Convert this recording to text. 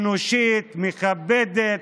אנושית ומכבדת.